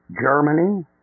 Germany